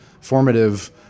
formative